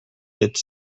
its